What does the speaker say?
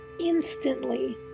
instantly